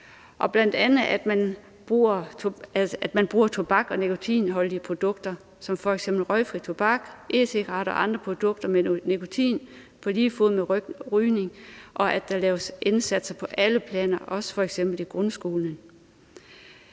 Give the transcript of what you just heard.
at man bruger tobak og nikotinholdige produkter som f.eks. røgfri tobak, e-cigaretter og andre produkter med nikotin på lige fod med rygning, og at der laves indsatser på alle planer, også f.eks. i grundskolen.